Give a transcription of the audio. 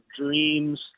dreams